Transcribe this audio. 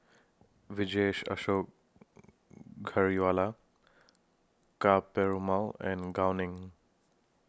Vijesh Ashok Ka Perumal and Gao Ning